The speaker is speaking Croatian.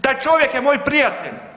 Taj čovjek je moj prijatelj.